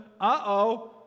Uh-oh